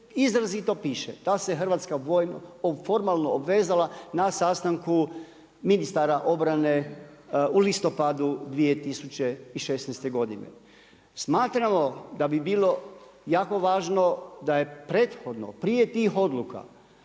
izrazito piše da se vojno, formalno obvezala na sastanku ministara obrane u listopadu 2016. godine. Smatramo da bi bilo jako važno, da je prethodno, prije tih odluka,